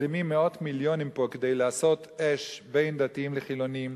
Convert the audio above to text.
מזרימים מאות מיליונים לפה כדי לעשות אש בין דתיים לחילונים,